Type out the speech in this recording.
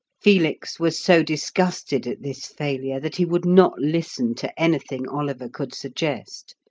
felix was so disgusted at this failure that he would not listen to anything oliver could suggest.